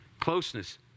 closeness